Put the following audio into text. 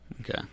Okay